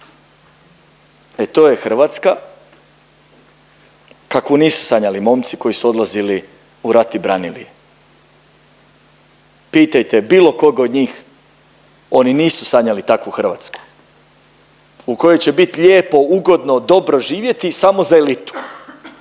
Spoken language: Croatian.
E to je Hrvatska kakvu nisu sanjali momci koji su odlazili u rat i branili je. Pitajte bilo kog od njih oni nisu sanjali takvu Hrvatsku u kojoj će biti lijepo, ugodno, dobro živjeti samo za elitu,